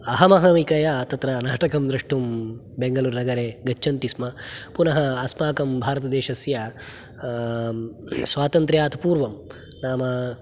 अहमहमिकया तत्र नाटकं द्रष्टुं बेङ्गलूरुनगरे गच्छन्ति स्म पुनः अस्माकं भारतदेशस्य स्वातन्त्रात् पूर्वं नाम